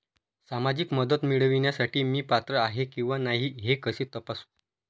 सामाजिक मदत मिळविण्यासाठी मी पात्र आहे किंवा नाही हे कसे तपासू?